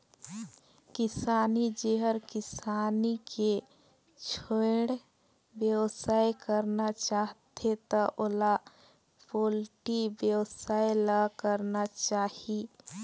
किसान जेहर किसानी के छोयड़ बेवसाय करना चाहथे त ओला पोल्टी बेवसाय ल करना चाही